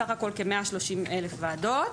סך הכול כ-130 אלף ועדות.